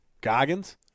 Goggins